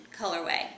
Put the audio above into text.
colorway